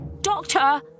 Doctor